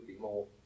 more